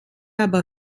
aber